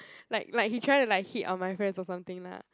like like he trying to like hit on my friends or something lah